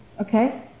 Okay